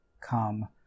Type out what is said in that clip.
come